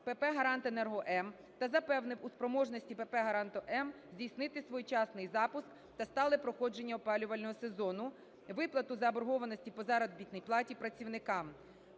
ПП "Гарант Енерго М" та запевнив у спроможності ПП "Гаранту М" здійснити своєчасний запуск та стале проходження опалювального сезону, виплату заборгованості по заробітній платі працівникам.